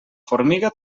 formiga